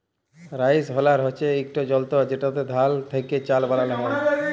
rice huller হছে ইকট যলতর যেটতে ধাল থ্যাকে চাল বালাল হ্যয়